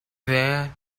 there